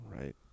Right